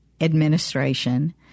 administration